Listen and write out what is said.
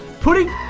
putting